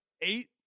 Eight